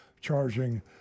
charging